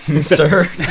sir